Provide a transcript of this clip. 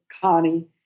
Connie